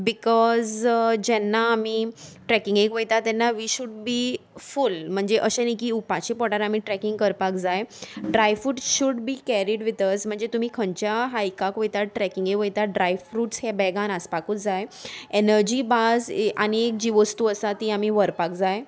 because जेन्ना आमी ट्रेकिंगेक वता तेन्ना वी शूड बी फूल म्हणजे अशें न्हय की उपाशी पोटार आमी ट्रेकींग करपाक जाय dry fruit should be carried with us म्हणजे तुमी खंयच्या हायकाक वयतात ट्रेकिंगेक वयता ड्रायफ्रूट्स हे बॅगान आसपाकूच जाय एनर्जी बार्स आनी एक जी वस्तू आसा ती आमी व्हरपाक जाय